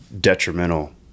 detrimental